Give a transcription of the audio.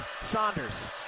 Saunders